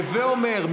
הווי אומר,